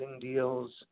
deals